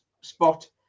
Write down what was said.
spot